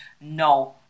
no